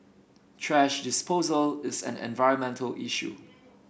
thrash disposal is an environmental issue